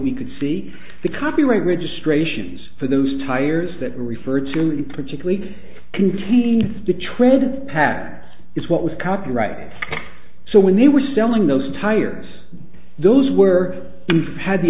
we could see the copyright registrations for those tires that were referred to in particularly contain the tread pattern is what was copyright so when they were selling those tires those were had the